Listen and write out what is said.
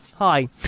Hi